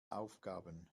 aufgaben